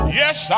yes